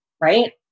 right